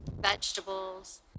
vegetables